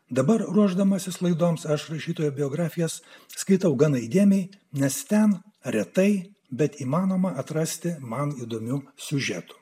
dabar ruošdamasis laidoms aš rašytojų biografijas skaitau gana įdėmiai nes ten retai bet įmanoma atrasti man įdomių siužetų